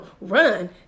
run